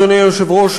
אדוני היושב-ראש,